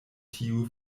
tiu